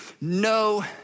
No